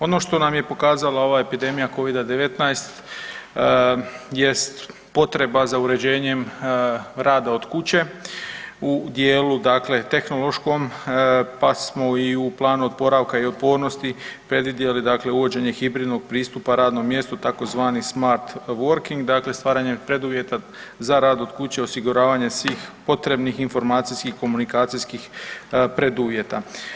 Ono što nam je pokazala ova epidemija Covid-19 jest potreba za uređenjem rada od kuće u dijelu dakle tehnološkom, pa smo i u planu oporavka i otpornosti predvidjeli dakle uvođenje hibridnog pristupa radnom mjestu tzv. smart working, dakle stvaranjem preduvjeta za rad od kuće osiguravanje svih potrebnih informacijskih, komunikacijskih preduvjeta.